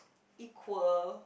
equal